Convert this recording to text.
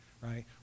right